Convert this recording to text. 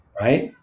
right